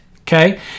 okay